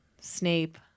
Snape